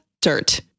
dirt